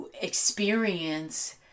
experience